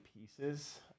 pieces